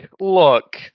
look